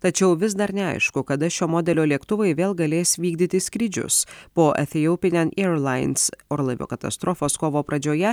tačiau vis dar neaišku kada šio modelio lėktuvai vėl galės vykdyti skrydžius po efiopinian eirlains orlaivio katastrofos kovo pradžioje